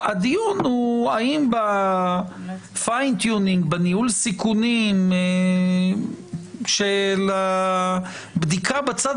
הדיון הוא האם בניהול הסיכונים של הבדיקה בצד